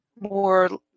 more